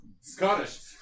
Scottish